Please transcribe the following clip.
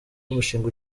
umushinga